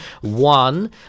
one